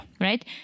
Right